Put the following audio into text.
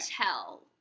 tell